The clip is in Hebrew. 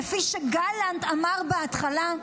כפי שגלנט אמר בהתחלה,